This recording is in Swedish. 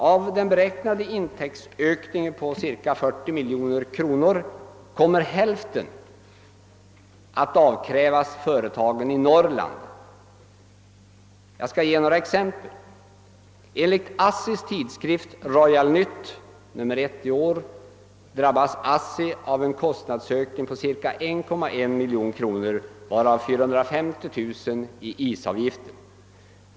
Av den beräknade intäktsökningen på cirka 40 miljoner kronor kommer hälften att avkrävas företagen i Norrland. Jag skall ge några exempel. Enligt ASSI:s tidskrift Royal-Nytt, nr 1 i år, drabbas ASSI av en kostnadsökning på cirka 1,1 miljon kronor, varav 450 000 kronor i isavgifter.